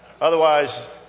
Otherwise